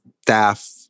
staff